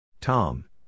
Tom